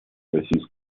российско